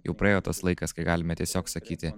jau praėjo tas laikas kai galime tiesiog sakyti